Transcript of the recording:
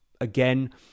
again